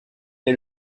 est